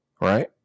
Right